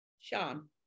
Sean